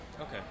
Okay